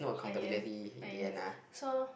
uh yeah uh yes so